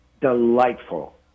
delightful